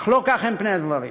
אך לא כך הם פני הדברים.